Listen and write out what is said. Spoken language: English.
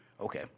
Okay